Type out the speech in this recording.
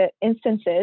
instances